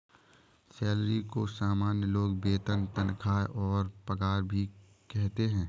salary को सामान्य लोग वेतन तनख्वाह और पगार भी कहते है